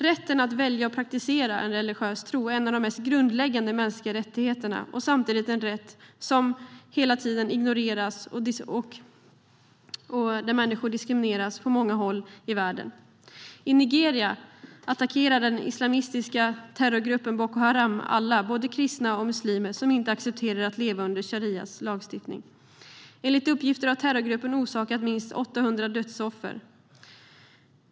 Rätten att välja och praktisera en religiös tro är en av de mest grundläggande mänskliga rättigheterna och samtidigt en rätt som hela tiden ignoreras och där människor diskrimineras på många håll i världen. I Nigeria attackerar den islamistiska terrorgruppen Boko Haram alla, både kristna och muslimer, som inte accepterar att leva under sharias lagstiftning. Enligt uppgifter har terrorgruppen orsakat minst 800 dödsoffer.